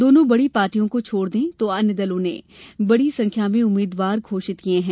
दोनों बड़ी पार्टीयों को छोड़ दें तो अन्य दलों ने बड़ी संख्या में उम्मीदवार घोषित कर दिये हैं